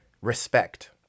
respect